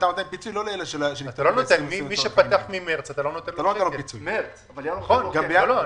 שפתח ממארס, הוא לא מקבל פיצוי.